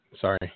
Sorry